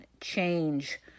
change